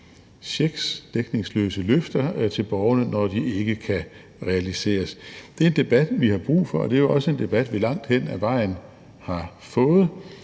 checks, dækningsløse løfter, til borgerne, når de ikke kan realiseres. Det er en debat, vi har brug for, og det er jo også en debat, vi langt hen ad vejen har fået,